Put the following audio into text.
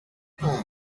umuntu